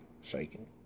shaking